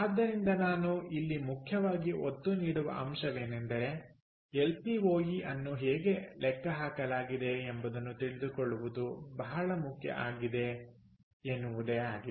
ಆದ್ದರಿಂದ ನಾನು ಇಲ್ಲಿ ಮುಖ್ಯವಾಗಿ ಒತ್ತು ನೀಡುವ ಅಂಶವೇನೆಂದರೆ ಎಲ್ಸಿಒಇ ಅನ್ನು ಹೇಗೆ ಲೆಕ್ಕಹಾಕಲಾಗಿದೆ ಎಂಬುದನ್ನು ತಿಳಿದುಕೊಳ್ಳುವುದು ಬಹಳ ಮುಖ್ಯ ಆಗಿದೆ ಎನ್ನುವುದೇ ಆಗಿದೆ